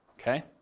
okay